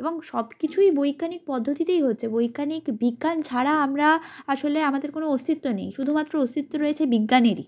এবং সব কিছুই বৈজ্ঞানিক পদ্ধতিতেই হচ্ছে বৈজ্ঞানিক বিজ্ঞান ছাড়া আমরা আসলে আমাদের কোন অস্তিত্ব নেই শুধুমাত্র অস্তিত্ব রয়েছে বিজ্ঞানেরই